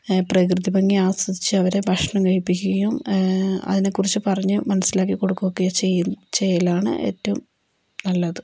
പ്രകൃതിഭംഗി ആസ്വദിച്ച് അവരെ ഭക്ഷണം കഴിപ്പിക്കുകയും അതിനെക്കുറിച്ച് പറഞ്ഞു മനസ്സിലാക്കിക്കൊടുക്കുകയൊക്കെ ചെയ്യലാണ് ഏറ്റവും നല്ലത്